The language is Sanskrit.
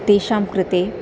तेषां कृते